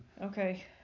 Okay